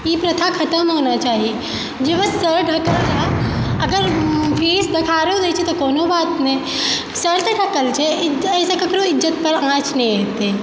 ई प्रथा खतम होना चाही जेहो सर ढकल अगर फेस देखाओ रहल छै तऽ कोनो बात नहि सर तऽ ढकल छै एहिसँ ककरो इज्जतपर आँच नहि एतै